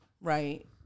right